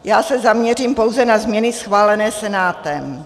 Já se zaměřím pouze na změny schválené Senátem.